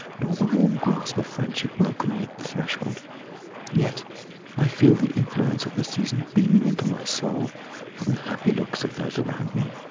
nor the warm grasp of friendship welcome me at the threshold yet i feel the influence of the season beaming into my soul from the happy looks of those around me.